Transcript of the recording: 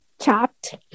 chopped